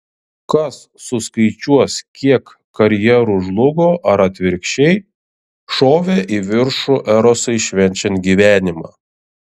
kas suskaičiuos kiek karjerų žlugo ar atvirkščiai šovė į viršų erosui švenčiant gyvenimą